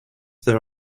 there